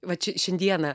va čia šiandieną